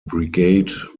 brigade